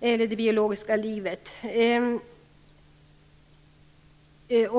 det biologiska livet.